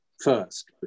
first